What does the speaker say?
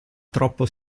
troppo